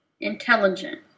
intelligent